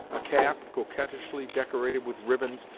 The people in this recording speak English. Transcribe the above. a cap, coquettishly decorated with ribbons,